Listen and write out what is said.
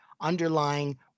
underlying